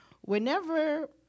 Whenever